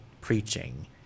preaching